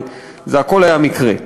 וזה הכול היה מקרה.